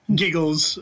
giggles